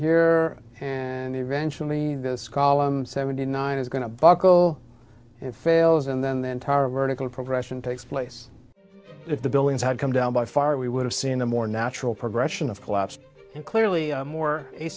her and eventually those columns seventy nine is going to buckle and fails and then the antara vertical progression takes place if the buildings had come down by far we would have seen a more natural progression of collapse and clearly more a